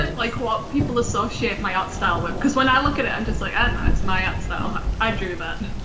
um like what people associate my art style with because when i look at it i'm just like i don't know, it's my art style i drew that.